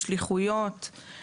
שליחויות,